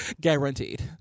Guaranteed